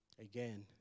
Again